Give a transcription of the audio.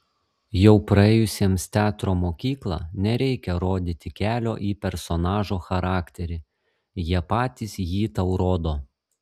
jau praėjusiems teatro mokyklą nereikia rodyti kelio į personažo charakterį jie patys jį tau rodo